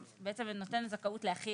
שבעצם נותן זכאות לאחי